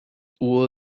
hubo